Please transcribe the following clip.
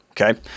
okay